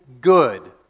good